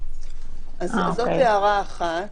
זאת הערה אחת.